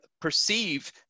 perceive